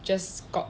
just got